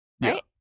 Right